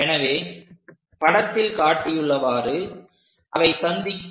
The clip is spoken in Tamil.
எனவே படத்தில் காட்டியுள்ளவாறு அவை சந்திக்கும்